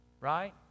right